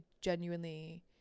genuinely